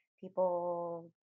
people